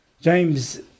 James